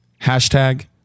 Hashtag